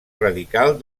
radical